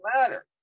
matter